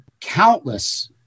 countless